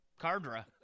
Cardra